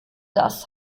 das